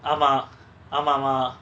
ஆமா ஆமா மா:aama aama ma